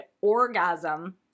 orgasm